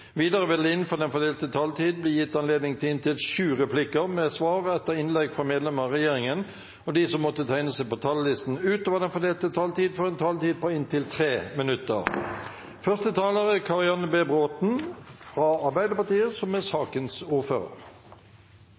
Videre vil det – innenfor den fordelte taletid – bli gitt anledning til inntil sju replikker med svar etter innlegg fra medlemmer av regjeringen, og de som måtte tegne seg på talerlisten utover den fordelte taletid, får en taletid på inntil 3 minutter.